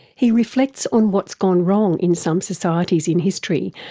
he reflects on what's gone wrong in some societies in history,